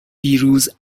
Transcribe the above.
دیروز